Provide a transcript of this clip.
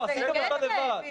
עשיתם אותה לבד.